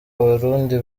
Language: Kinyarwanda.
abarundi